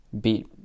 beat